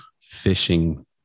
fishing